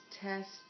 test